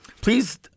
Please